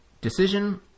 Decision